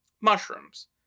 Mushrooms